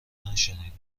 نشنیدم